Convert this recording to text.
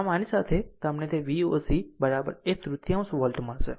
આમ આની સાથે તમને તે Voc એક તૃતીયાંશ વોલ્ટ મળશે